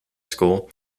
school